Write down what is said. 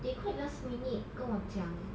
they quite last minute 跟我讲